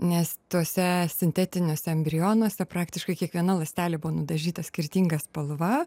nes tose sintetiniuose embrionuose praktiškai kiekviena ląstelė buvo nudažyta skirtinga spalva